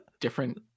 different